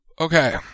Okay